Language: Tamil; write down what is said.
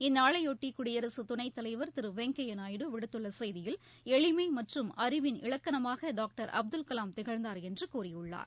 இந்நாளையொட்டி குடியரசு துணைத்தலைவா் திரு வெங்கையா நாயுடு விடுத்துள்ள செய்தியில் எளிமை மற்றும் அறிவிள் இலக்கணமாக டாக்டர் அப்துல் கலாம் திகழ்ந்தார் என்று கூறியுள்ளார்